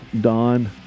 Don